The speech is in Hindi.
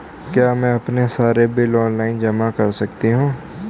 क्या मैं अपने सारे बिल ऑनलाइन जमा कर सकती हूँ?